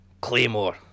Claymore